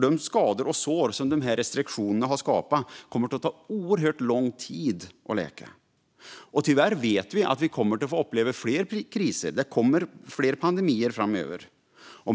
De skador och sår som restriktionerna har skapat kommer att ta oerhört lång tid att läka. Tyvärr vet vi att vi kommer att uppleva fler pandemier och andra kriser framöver. Det kommer fler pandemier.